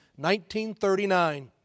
1939